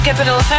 Capital